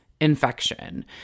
infection